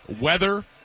weather